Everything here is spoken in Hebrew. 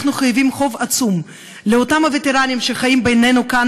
אנחנו חייבום חוב עצום לאותם וטרנים שחיים בינינו כאן,